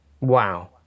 Wow